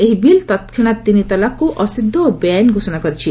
ଏହି ବିଲ୍ ତତ୍କ୍ଷଣାତ୍ ତିନି ତଲାକ୍କୁ ଅସିଦ୍ଧ ଓ ବେଆଇନ୍ ଘୋଷଣା କରିଛି